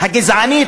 הגזענית,